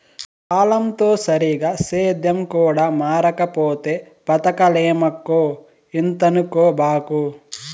కాలంతో సరిగా సేద్యం కూడా మారకపోతే బతకలేమక్కో ఇంతనుకోబాకు